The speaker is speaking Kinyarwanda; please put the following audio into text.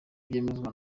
byemezwa